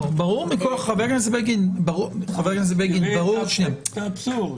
חבר הכנסת בגין, ברור --- אתה מבין את האבסורד?